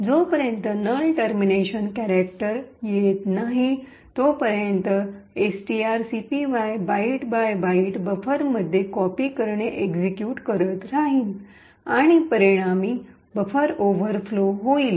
जोपर्यंत null termination character नाही तोपर्यंत एसटीआरसीपीवाय बाइट बाय बाईट बफरमध्ये कॉपी करणे एक्सिक्यूट करत राहीन आणि परिणामी बफर ओव्हरफ्लो होईल